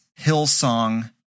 hillsong